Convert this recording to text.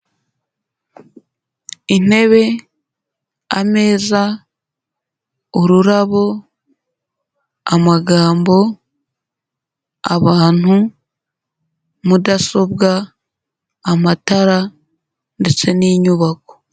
Intebe, ameza, ururabo, amagambo, abantu, mudasobwa, amatara ndetse n'inyubako.